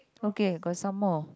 okay got some more